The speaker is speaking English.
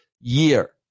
year